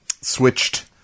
switched